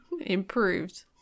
improved